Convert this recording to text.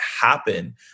happen